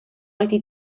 wedi